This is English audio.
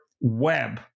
web